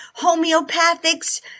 homeopathics